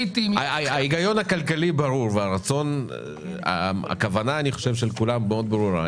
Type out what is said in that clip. ההיגיון הכלכלי ברור ואני חושב שהכוונה של כולם מאוד ברורה.